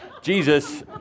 Jesus